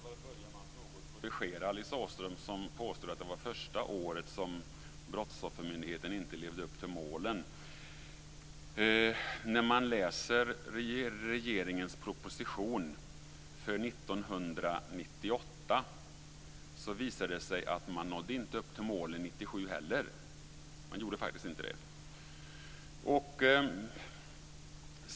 Herr talman! Då får jag börja med att något korrigera Alice Åström, som påstår att detta var första året som Brottsoffermyndigheten inte levde upp till målen. Vid en läsning av regeringens proposition för 1998 visar det sig att man inte nådde upp till målen år 1997 heller. Man gjorde faktiskt inte det.